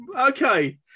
okay